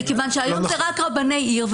מכיוון שהיום זה רק רבני עיר,